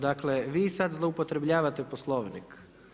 Dakle vi sada zloupotrebljavate Poslovnik.